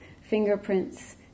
Fingerprints